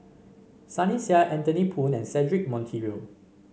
Sunny Sia Anthony Poon and Cedric Monteiro